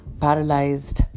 paralyzed